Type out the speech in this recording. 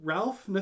Ralph